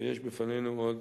ויש בפנינו עוד